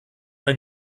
ein